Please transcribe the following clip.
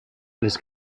les